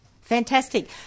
Fantastic